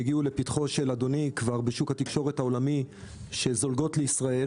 מאוד שהגיעו לפתחו של אדוני כבר בשוק התקשורת העולמי שזולגות לישראל